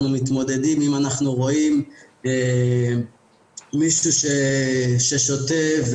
מתמודדים אם אנחנו רואים מישהו ששותה,